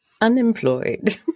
Unemployed